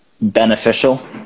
beneficial